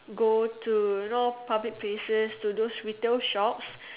go to you know public places to those retail shop